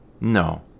No